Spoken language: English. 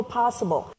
possible